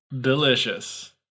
Delicious